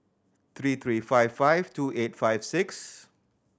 three three five five two eight five six